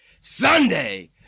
Sunday